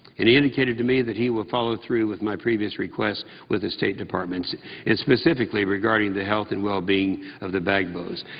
and he indicated to me that he will follow through with my previous request with the state departments and specifically regarding the health and well-being of the gbagbos.